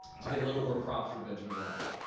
to get a little more props for benjamin rush.